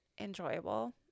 enjoyable